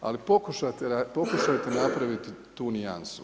Ali pokušajte napraviti tu nijansu.